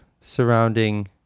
surrounding